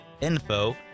info